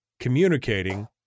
communicating